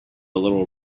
little